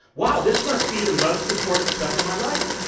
wow, this must be the most important stuff in my life.